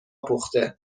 پخته